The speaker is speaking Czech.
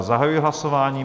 Já zahajuji hlasování.